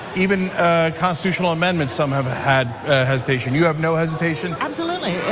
even a constitutional amendment, some have had hesitation, you have no hesitation? absolutely,